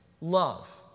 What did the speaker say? love